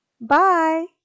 Bye